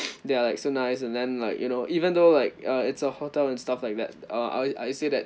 they are like so nice and then like you know even though like uh it's a hotel and stuff like that uh I I see that